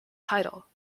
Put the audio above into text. title